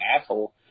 asshole